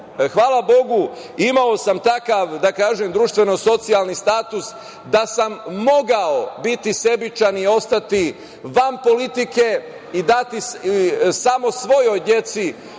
Hvala Bogu, imao sam takav društveno socijalni status da sam mogao biti sebičan i ostati van politike i dati samo svojoj deci